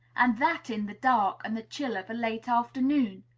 and that in the dark and the chill of a late afternoon!